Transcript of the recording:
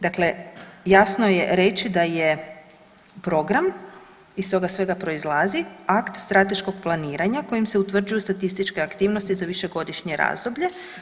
Dakle, jasno je reći da je program iz toga svega proizlazi akt strateškog planiranja kojim se utvrđuju statističke aktivnosti za višegodišnje razdoblje.